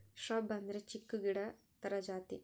shrub ಅಂದ್ರೆ ಚಿಕ್ಕು ಗಿಡ ತರ ಜಾತಿ